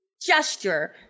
Gesture